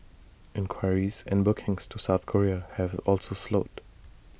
inquiries and bookings to south Korea have also slowed